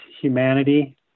humanity